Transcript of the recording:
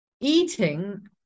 eating